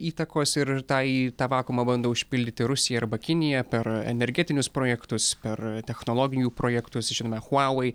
įtakos ir tą į tą vakuumą bando užpildyti rusija arba kinija per energetinius projektus per technologijų projektus žinome huavei